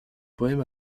poèmes